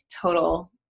total